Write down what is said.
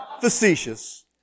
Facetious